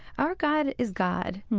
our god is god.